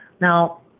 Now